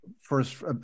first